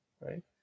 right